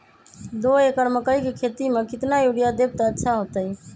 दो एकड़ मकई के खेती म केतना यूरिया देब त अच्छा होतई?